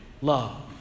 love